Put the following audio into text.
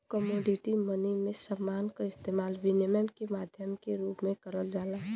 commodity money में समान क इस्तेमाल विनिमय के माध्यम के रूप में करल जाला